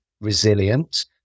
resilient